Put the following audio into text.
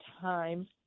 time